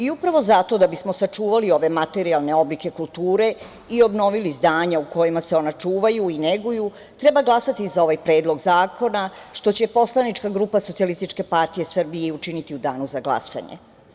Upravo zato, da bismo sačuvali ove materijalne oblike kulture i obnovili izdanje u kojima se ona čuvaju i neguju, treba glasati za ovaj predlog zakona što će poslanička grupa SPS i učiniti u danu za glasanje.